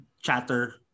chatter